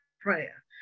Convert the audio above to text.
prayer